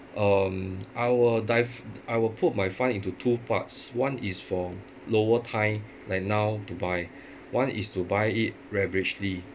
um I will dive~ I will put my fund into two parts one is for lower time like now to buy one is to buy it leveragely